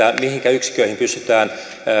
mihinkä yksiköihin pystytään